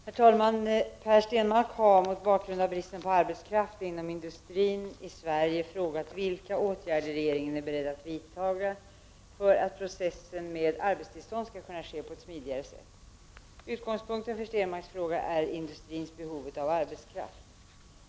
Herr talman! Per Stenmarck har, mot bakgrund av bristen på arbetskraft inom industrin i Sverige, frågat vilka åtgärder regeringen är beredd att vidta för att processen med arbetstillstånd skall kunna ske på ett smidigare sätt. Utgångspunkten för Stenmarcks fråga är industrins behov av arbetskraft.